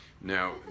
Now